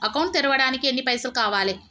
Account తెరవడానికి ఎన్ని పైసల్ కావాలే?